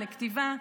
לכתיבה,